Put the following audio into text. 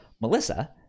Melissa